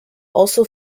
also